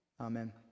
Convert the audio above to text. Amen